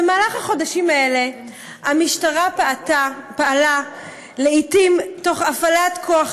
במהלך החודשים האלה המשטרה פעלה לעתים תוך הפעלת כוח